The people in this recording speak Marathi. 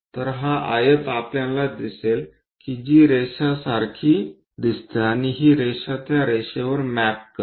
तर हा आयत आपल्याला दिसेल की जी रेषा सारखी दिसते आणि ही रेषा या रेषावर मॅप करते